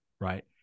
right